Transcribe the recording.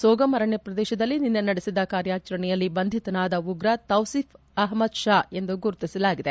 ಸೋಗಮ್ ಅರಣ್ಯಪ್ರದೇತದಲ್ಲಿ ನಿನ್ನೆ ನಡೆಸಿದ ಕಾರ್ನಾಚರಣೆಯಲ್ಲಿ ಬಂಧಿತನಾದ ಉಗ್ರ ತೌಬೀಫ್ ಅಪ್ಲದ್ ಪಾ ಎಂದು ಗುರುತಿಸಲಾಗಿದೆ